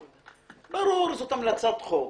ברור, זאת המלצת חוק